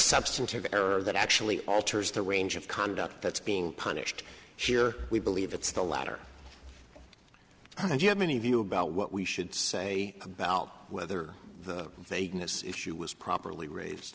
substantive error that actually alters the range of conduct that's being punished here we believe it's the latter and you have any view about what we should say about whether they did this issue was properly raised